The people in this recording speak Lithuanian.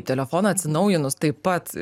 telefoną atsinaujinus taip pat